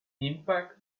impact